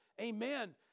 Amen